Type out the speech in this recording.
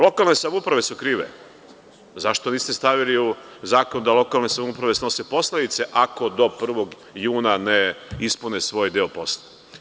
Lokalne samouprave su krive, zašto niste stavili u zakon da lokalne samouprave snose posledice ako do 1. juna ne ispune svoj deo posla?